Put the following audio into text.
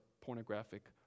pornographic